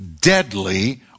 deadly